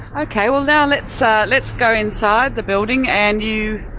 ok, well now let's ah let's go inside the building, and you